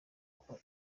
uko